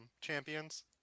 Champions